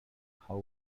how